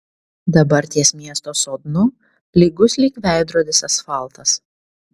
dabar ties miesto sodnu lygus lyg veidrodis asfaltas